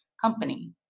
company